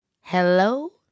Hello